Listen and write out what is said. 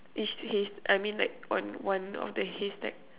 each hays~ I mean like on one of the haystack